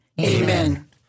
Amen